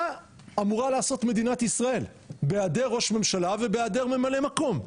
מה אמורה לעשות מדינת ישראל בהיעדר ראש ממשלה ובהיעדר ממלא מקום?